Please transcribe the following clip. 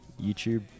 YouTube